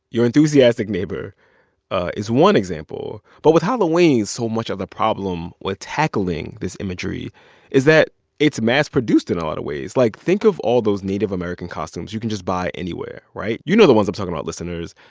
your enthusiastic neighbor is one example. but with halloween, so much of the problem with tackling this imagery is that it's mass-produced in a lot of ways. like, think of all those native american costumes you can just buy anywhere, right? you know the ones i'm talking about, listeners.